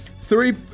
three